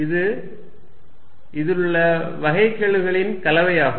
இது இதில் உள்ள வகைக்கெழுகளின் கலவையாகும்